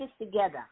together